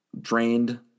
drained